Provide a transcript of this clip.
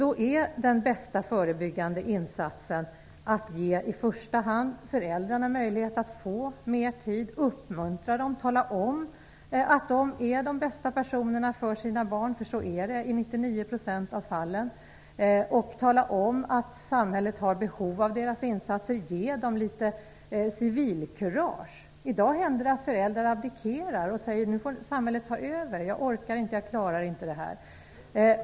Då är den bästa förebyggande insatsen att ge i första hand föräldrarna möjlighet att få mer tid, uppmuntra dem, tala om att de är de bästa personerna för sina barn. Så är det i 99 % av fallen. Tala om att samhället har behov av deras insatser, ge dem litet civilkurage. I dag händer det att föräldrarna abdikerar och säger: Nu får samhället ta över, jag orkar inte, jag klarar inte det här.